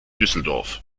düsseldorf